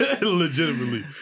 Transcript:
legitimately